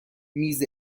میز